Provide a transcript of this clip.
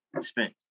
spent